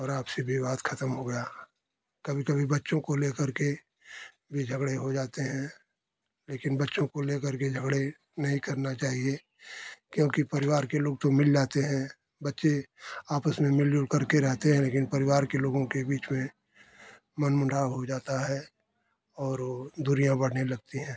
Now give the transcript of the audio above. और आपसी विवाद खतम हो गया कभी कभी बच्चों को ले करके भी झगड़े हो जाते हैं लेकिन बच्चों को ले करके झगड़े नहीं करना चाहिए क्योंकि परिवार के लोग तो मिल जाते हैं बच्चे आपस में मिलजुल करके रहते हैं लेकिन परिवार के लोगों के बीच में मनमुटाव हो जाता है और वो दूरियाँ बढ़ने लगती हैं